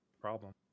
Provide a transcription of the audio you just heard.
problem